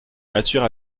nature